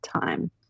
time